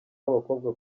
babakobwa